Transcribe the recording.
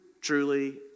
truly